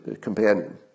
companion